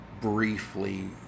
briefly